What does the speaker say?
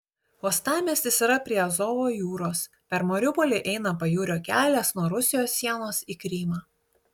uostamiestis yra prie azovo jūros per mariupolį eina pajūrio kelias nuo rusijos sienos į krymą